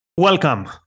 Welcome